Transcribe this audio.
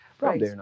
Right